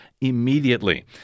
immediately